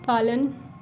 पालन